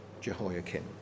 Jehoiakim